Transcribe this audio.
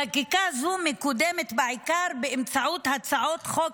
חקיקה זו מקודמת בעיקר באמצעות הצעות חוק